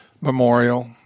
memorial